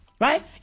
Right